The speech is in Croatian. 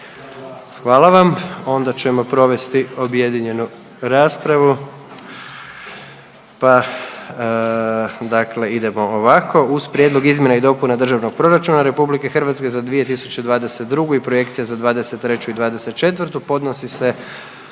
Hvala vam. Onda ćemo provesti objedinjenu raspravu,